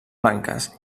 blanques